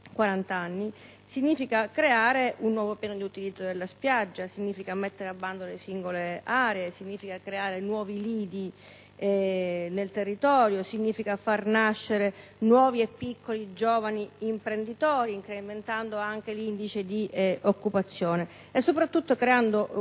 significa creare un nuovo piano di utilizzo della spiaggia; significa mettere a bando le singole aree, creare nuovi lidi sul territorio e far nascere nuovi piccoli e giovani imprenditori, incrementando anche l'indice di occupazione e, soprattutto, creando un